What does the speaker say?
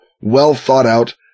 well-thought-out